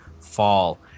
fall